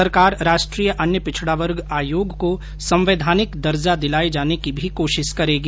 सरकार राष्ट्रीय अन्य पिछड़ा वर्ग आयोग को संवैधानिक दर्जा दिलाये जाने की भी कोशिश करेगी